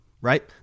right